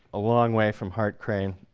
a long way from hart crane.